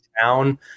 town